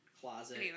closet